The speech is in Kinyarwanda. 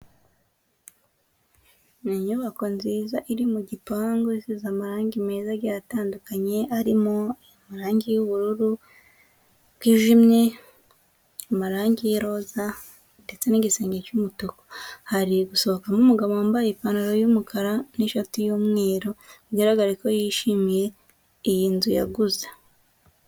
Ni inyubako nziza iri mu gipangu isize amarangi meza agiye atandukanye arimo: amarangi y'ubururu bwijimye, amarangi y'iroza, ndetse n'igisenge cy'umutuku. Hari gusohokamo umugabo wambaye ipantaro y'umukara, n'ishati y'umweru, bigaragare ko yishimiye iyi nzu yaguze.